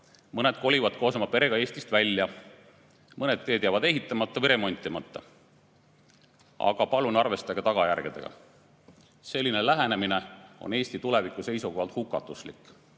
mõned kolivad koos oma perega Eestist ära, mõned teed jäävad ehitamata või remontimata. Aga palun arvestage tagajärgedega. Selline lähenemine on Eesti tuleviku seisukohalt hukatuslik.